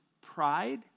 pride